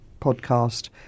podcast